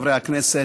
חברי הכנסת,